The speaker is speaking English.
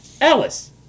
Alice